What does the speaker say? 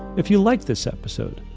if you liked this episode,